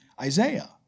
Isaiah